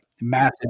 massive